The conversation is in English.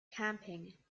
camping